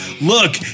Look